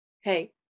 hey